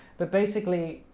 but basically